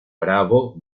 bravo